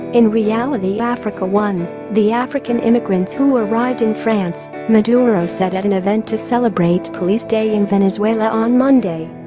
in reality africa won, the african immigrants who arrived in france maduro said at an event to celebrate police day in venezuela on monday